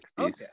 Okay